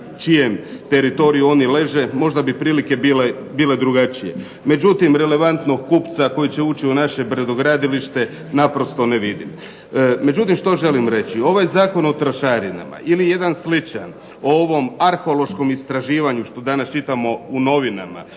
čijem teritoriju oni leže. Možda bi prilike bile drugačije. Međutim relevantnog kupca koji će ući u naše brodogradilište naprosto ne vidim. Međutim što želim reći. Ovaj Zakon o trošarinama ili jedan sličan, o ovom arheološkom istraživanju što danas čitamo u novinama,